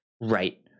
Right